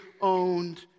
owned